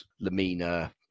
Lamina